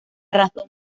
razón